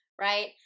right